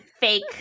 fake